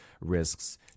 risks